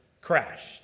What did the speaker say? crashed